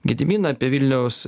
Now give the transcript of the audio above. gediminą apie vilniaus